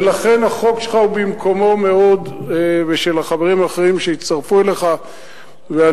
ולכן החוק שלך ושל החברים האחרים שהצטרפו אליך הוא במקומו מאוד,